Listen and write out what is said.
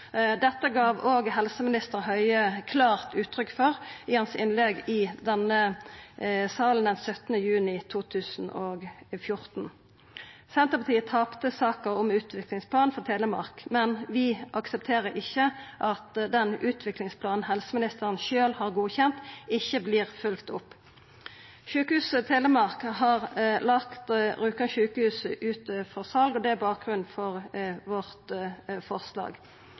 Dette gav òg helseminister Høie klart uttrykk for i sitt innlegg i denne salen den 17. juni 2014. Senterpartiet tapte saka om utviklingsplan for Telemark, men vi aksepterer ikkje at den utviklingsplanen helseministeren sjølv har godkjent, ikkje vert følgd opp. Sjukehuset Telemark har lagt Rjukan sjukehus ut for sal, og det er bakgrunnen for forslaget vårt.